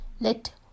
let